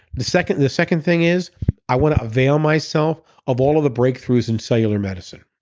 the second and the second thing is i want to avail myself of all of the breakthroughs in cellular medicine,